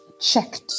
checked